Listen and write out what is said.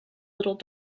little